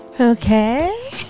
Okay